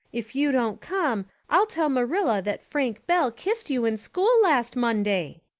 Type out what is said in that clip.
if you don't come i'll tell marilla that frank bell kissed you in school last monday.